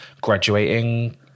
graduating